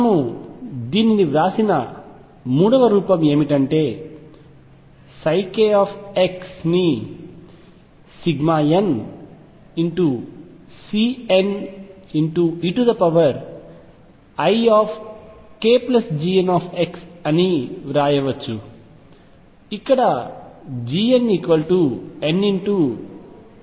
మనము దీనిని వ్రాసిన మూడవ రూపం ఏమిటంటే k ని nCneikGnx అని వ్రాయవచ్చు ఇక్కడ Gn n2πa